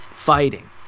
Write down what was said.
fighting